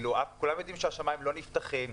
כולם יודעים שהשמיים לא נפתחים.